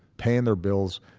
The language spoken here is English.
paying their bills,